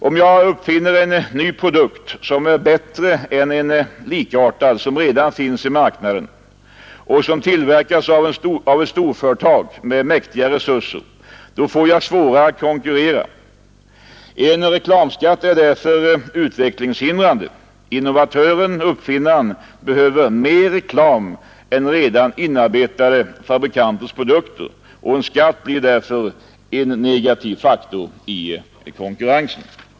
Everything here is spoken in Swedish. Om jag uppfinner en ny produkt, som är bättre än en likartad som redan finns i marknaden och som tillverkas av ett storföretag med mäktiga resurser, får jag svårare att konkurrera. En reklamskatt är därför utvecklingshindrande. Innovatören, uppfinnaren, behöver mer reklam än redan inarbetade fabrikanters produkter, och en skatt blir därför en negativ faktor i konkurrensen.